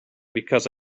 because